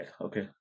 Okay